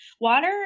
water